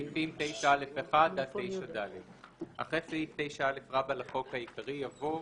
14. אחרי סעיף 9א לחוק העיקרי יבוא: